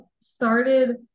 started